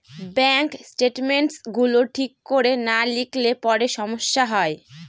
bank statements গুলো ঠিক করে না লিখলে পরে সমস্যা হয়